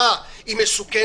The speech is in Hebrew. מה, היא מסוכנת?